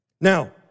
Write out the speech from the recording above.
Now